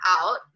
out